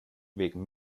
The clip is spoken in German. wegen